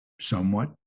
somewhat